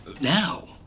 Now